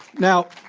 now,